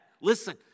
listen